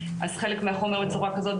אז חלק מהחומר בצורה כזאת,